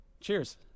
Cheers